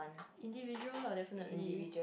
individual lah definitely